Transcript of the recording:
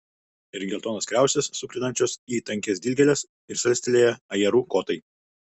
ir geltonos kriaušės sukrentančios į tankias dilgėles ir salstelėję ajerų kotai